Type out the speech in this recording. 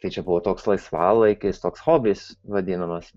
tai čia buvo toks laisvalaikis toks hobis vadinamas